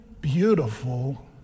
beautiful